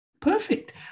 Perfect